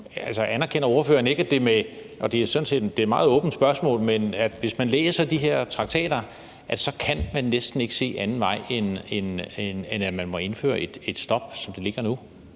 Anerkender ordføreren ikke – og det er et meget åbent spørgsmål – at man, hvis man læser de her traktater, næsten ikke kan se en anden vej, end at man må indføre et stop, som det ligger nu?